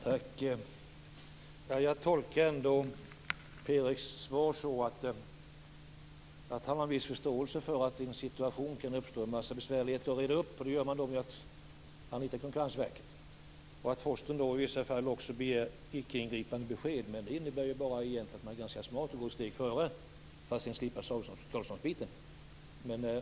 Herr talman! Jag tolkar Per Erik Granströms svar så att han har en viss förståelse för att det kan uppstå en situation med många besvärligheter att reda upp. Det har man då gjort genom att anlita Konkurrensverket. Posten har också begärt icke-ingripande besked. Men det innebär ju bara att man är smart och ligger steget före för att man skall slippa skadeståndsbiten.